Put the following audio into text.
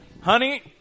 honey